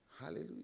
Hallelujah